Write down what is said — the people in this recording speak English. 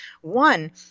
One